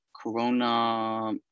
Corona